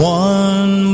one